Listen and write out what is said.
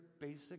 basic